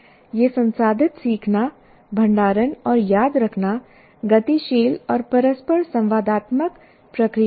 ये संसाधित सीखना भंडारण और याद रखना गतिशील और परस्पर संवादात्मक प्रक्रियाएं हैं